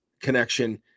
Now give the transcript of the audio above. connection